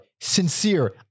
sincere